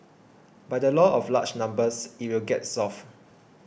by the law of large numbers it will get solved